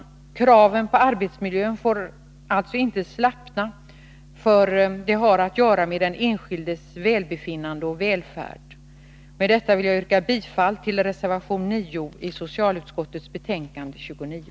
Kraven på arbetsmiljön får alltså inte slappna, för arbetsmiljön har att göra med den enskildes välbefinnande och välfärd. Med detta vill jag yrka bifall till reservation 9 i socialutskottets betänkande 29: